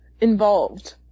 involved